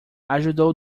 ajudou